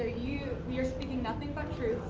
you, you're speaking nothing but truth.